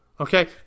Okay